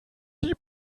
die